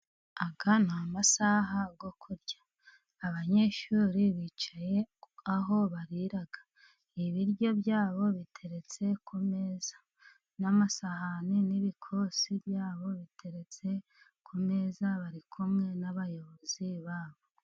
Aya ni amasaha yo kurya, abanyeshuri bicaye aho babaha ibiryo byabo biteretse kumeza n'amasahani n'ibikosi byabo biteretse ku meza bari kumwe n'abayobozi babo.